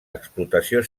explotació